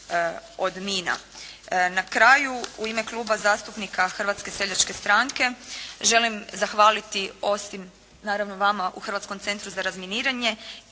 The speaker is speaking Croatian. od mina. Na kraju u ime Kluba zastupnika Hrvatske seljačke stranke želim zahvaliti osim naravno vama u Hrvatskom centru za razminiranje